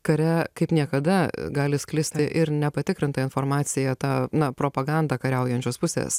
kare kaip niekada gali sklisti ir nepatikrinta informacija ta propaganda kariaujančios pusės